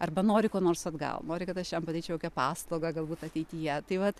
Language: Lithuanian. arba nori ko nors atgal nori kad aš jam padaryčiau kokią paslaugą galbūt ateityje tai vat